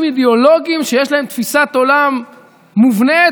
אידיאולוגיים שיש להם תפיסת עולם מובנית.